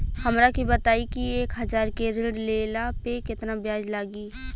हमरा के बताई कि एक हज़ार के ऋण ले ला पे केतना ब्याज लागी?